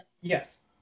Yes